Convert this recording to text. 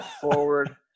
forward